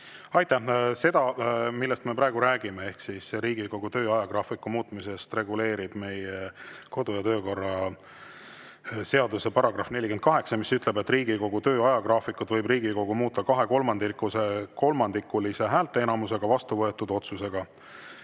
Aitäh! Seda, millest me praegu räägime, ehk siis Riigikogu töö ajagraafiku muutmist, reguleerib meie kodu- ja töökorra seaduse § 48, mis ütleb, et Riigikogu töö ajagraafikut võib Riigikogu muuta kahekolmandikulise häälteenamusega vastu võetud otsusega.